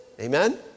Amen